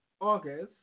August